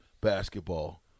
basketball